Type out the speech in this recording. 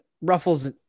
ruffles